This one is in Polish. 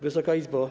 Wysoka Izbo!